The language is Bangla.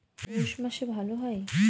পৌষ মাসে ভালো হয়?